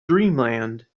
dreamland